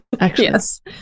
Yes